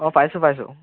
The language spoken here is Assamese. অঁ পাইছোঁ পাইছোঁ